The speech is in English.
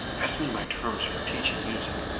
ask me my terms for teaching music.